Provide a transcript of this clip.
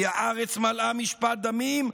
כי הארץ מלאה משפט דמים,